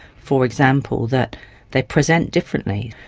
for example, that they present differently.